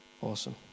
Awesome